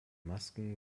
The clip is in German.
masken